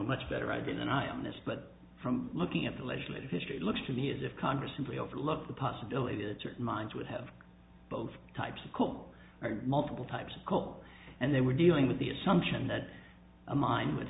much better idea than i am this but from looking at the legislative history it looks to me as if congress simply overlooked the possibility that certain mines would have both types of coal are multiple types of coal and they were dealing with the assumption that a mine w